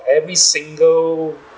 every single